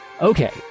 Okay